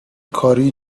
کاری